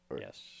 Yes